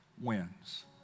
wins